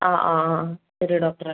ആ ആ ആ ശരി ഡോക്ടറേ